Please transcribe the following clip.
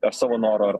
ar savo noru ar